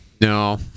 no